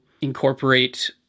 incorporate